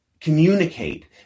communicate